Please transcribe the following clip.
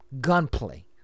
Gunplay